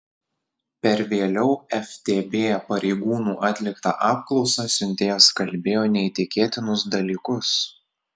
per vėliau ftb pareigūnų atliktą apklausą siuntėjas kalbėjo neįtikėtinus dalykus